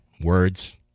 Words